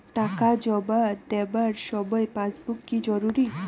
টাকা জমা দেবার সময় পাসবুক কি জরুরি?